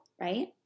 right